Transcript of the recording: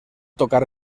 tocar